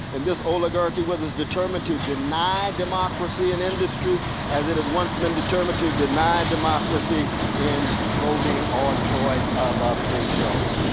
and this oligarchy was determined to deny democracy and industry as it had once been determined to deny democracy in voting or choice of officials.